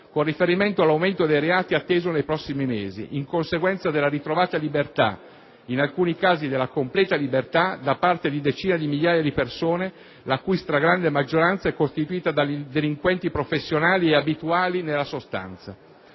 con riferimento all'aumento dei reati atteso nei prossimi mesi, in conseguenza della ritrovata libertà - in alcuni casi della completa libertà - da parte di decine di migliaia di persone la cui stragrande maggioranza è costituita da delinquenti professionali e abituali nella sostanza.